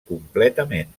completament